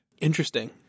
interesting